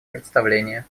представление